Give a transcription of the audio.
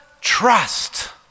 trust